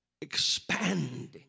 expanding